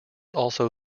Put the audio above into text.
also